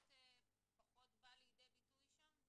פחות בא לידי ביטוי שם.